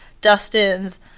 Dustin's